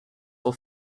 for